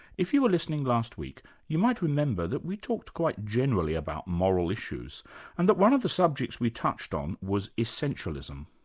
if you were listening last week you might remember that we talked quite generally about moral issues and that one of the subjects we touched on was essentialism.